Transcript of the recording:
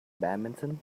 badminton